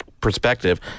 perspective